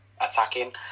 attacking